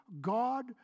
God